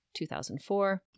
2004